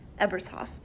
Ebershoff